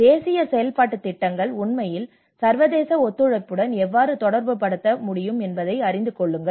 தேசிய செயல்பாட்டுத் திட்டங்கள் உண்மையில் சர்வதேச ஒத்துழைப்புடன் எவ்வாறு தொடர்புபடுத்த முடியும் என்பதை அறிந்து கொள்ளுங்கள்